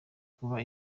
kuba